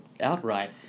outright